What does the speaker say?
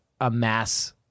amass